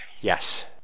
Yes